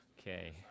Okay